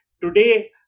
today